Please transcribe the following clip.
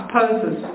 poses